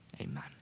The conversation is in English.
Amen